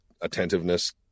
attentiveness